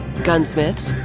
gunsmiths,